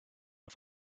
auf